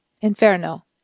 Inferno